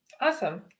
Awesome